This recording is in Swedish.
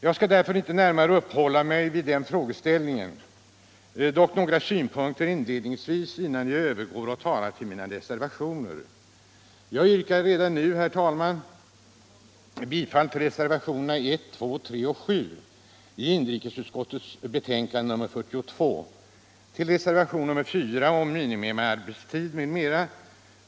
Jag skall därför inte närmare uppehålla mig vid den frågeställningen, bara framföra några synpunkter inledningsvis innan jag övergår till att tala om mina reservationer.